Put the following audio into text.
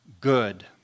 good